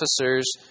officers